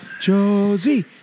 Josie